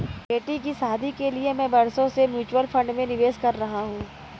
बेटी की शादी के लिए मैं बरसों से म्यूचुअल फंड में निवेश कर रहा हूं